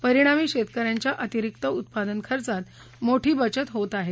परिणामी शेतक यांच्या अतिरिक उत्पादन खर्चात मोठी बचत होत आहे